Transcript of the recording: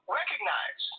recognize